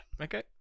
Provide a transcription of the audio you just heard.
Okay